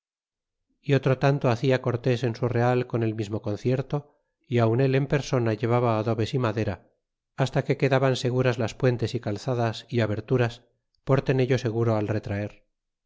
y otro tanto hacia cortés en su real con el mismo concierto y aun él en persona llevaba adobes y madera hasta que quedaban seguras las puentes y calzadas y aberturas por tenello seguro al retraer